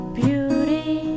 beauty